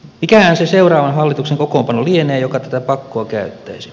mikähän se seuraavan hallituksen kokoonpano lienee joka tätä pakkoa käyttäisi